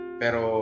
pero